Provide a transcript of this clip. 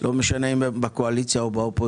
לא משנה אם הם בקואליציה או באופוזיציה.